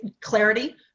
clarity